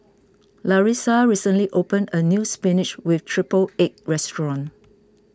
Larissa recently opened a new Spinach with Triple Egg restaurant